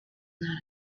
not